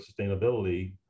sustainability